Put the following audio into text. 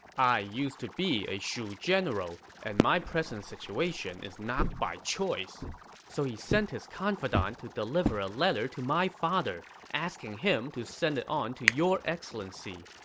i used to be a shu general, and my present situation is not by choice so he sent his confidant to deliver a letter to my father, asking him to send it on to your excellency.